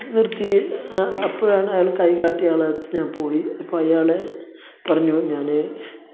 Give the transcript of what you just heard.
നിർത്തി അപ്പോഴാണ് അയാൾ കൈ കാട്ടിയ ആളെ അടുത്ത് ഞാൻ പോയി അപ്പം അയാൾ പറഞ്ഞു ഞാൻ